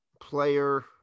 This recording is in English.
player